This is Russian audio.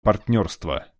партнерства